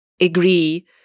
agree